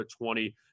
20